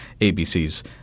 ABC's